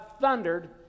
thundered